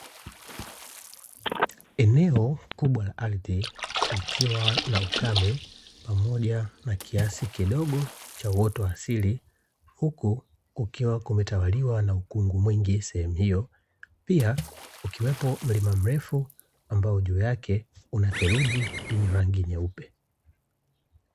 Eneo kubwa la ardhi likiwa na ukame pamoja na kiasi kidogo cha uoto wa asili, huku kukiwa kumetawaliwa na ukungu mwingi sehemu hiyo. Pia ukiwepo mlima mrefu, ambao juu yake una theruji yenye rangi nyeupe.